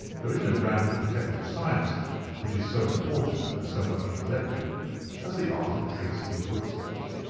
there is no branch of detective science which is so important and so much neglected as the art of tracing footsteps.